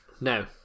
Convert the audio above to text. Now